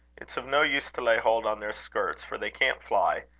it's of no use to lay hold on their skirts, for they can't fly.